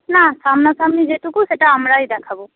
না সামনাসামনি যেটুকু সেটা আমরাই দেখাবো